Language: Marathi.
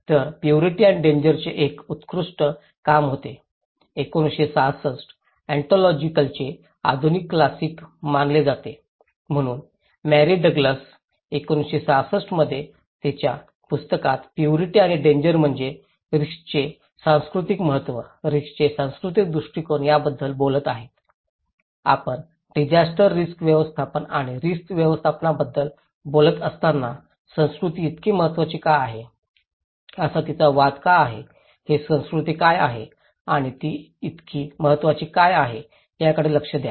तर प्युरिटी आणि डेंजरचे एक उत्कृष्ट काम होते 1966 ऑन्टॉलॉजिकलचे आधुनिक क्लासिक मानले जाते म्हणून मॅरी डग्लस 1966 मध्ये तिच्या पुस्तकात प्युरिटी आणि डेंजर म्हणजे रिस्कचे सांस्कृतिक महत्त्व रिस्कचे सांस्कृतिक दृष्टीकोन याबद्दल बोलत आहेत आपण डिसास्टर रिस्क व्यवस्थापन किंवा रिस्क व्यवस्थापनाबद्दल बोलत असताना संस्कृती इतकी महत्त्वाची का आहे असा तिचा वाद का आहे हे संस्कृती काय आहे आणि ती इतकी महत्त्वाची का आहे याकडे लक्ष द्या